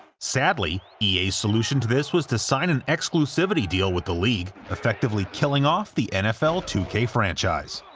sadly, ea's solution to this was to sign an exclusivity deal with the league, effectively killing off the nfl two k franchise.